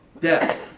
death